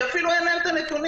כי אפילו אין להם את הנתונים.